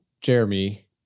Jeremy